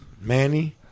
Manny